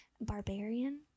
Barbarian